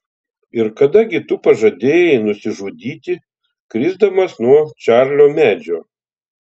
ir kada gi tu pažadėjai nusižudyti krisdamas nuo čarlio medžio